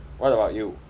what about you